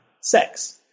sex